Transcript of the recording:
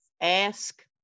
Ask